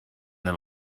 neu